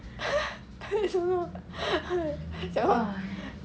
I don't know !hais! cannot